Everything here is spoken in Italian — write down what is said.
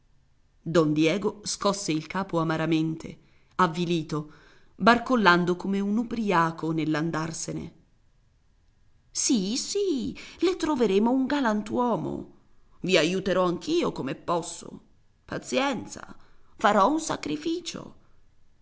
don diego scosse il capo amaramente avvilito barcollando come un ubbriaco nell'andarsene sì sì le troveremo un galantuomo i aiuterò anch'io come posso pazienza farò un sagrificio